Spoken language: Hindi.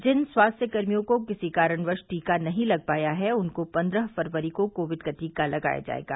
जिन स्वास्थ्य कर्मियों को किसी कारणवश टीका नहीं लग पाया उनको पन्द्रह फरवरी को कोविड का टीका लगाया जायेगा